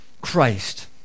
Christ